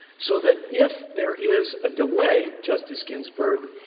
so that if there is a delay, justice ginsburg,